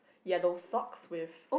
yellow socks with